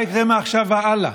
מה יקרה מעכשיו והלאה?